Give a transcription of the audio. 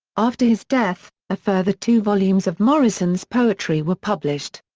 after his death, a further two volumes of morrison's poetry were published.